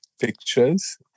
Pictures